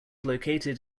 located